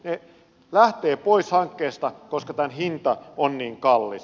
ne lähtevät pois hankkeesta koska tämän hinta on niin kallis